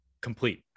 complete